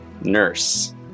Nurse